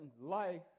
life